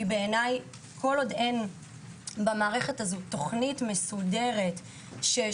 כי בעיניי כל עוד אין במערכת הזו תוכנית מסודרת שבה